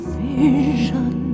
vision